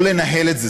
לא לנהל את זה.